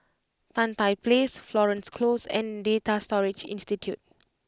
Tan Tye Place Florence Close and Data Storage Institute